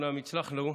אומנם הצלחנו,